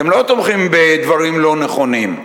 אתם לא תומכים בדברים לא נכונים.